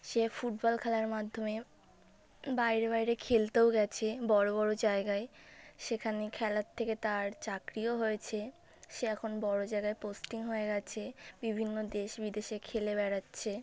সে football খেলার মাধ্যমে বাইরে বাইরে খেলতেও গেছে বড় বড় জায়গায় সেখানে খেলার থেকে তার চাকরিও হয়েছে সে এখন বড় জায়গায় পোস্টিং হয়ে গেছে বিভিন্ন দেশ বিদেশে খেলে বেড়াচ্ছে